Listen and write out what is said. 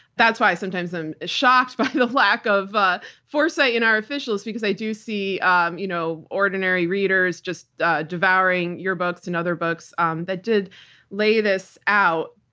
that's why sometimes i'm shocked by the lack of ah foresight in our officials, because i do see um you know ordinary readers just devouring your books and other books um that did lay this out.